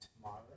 tomorrow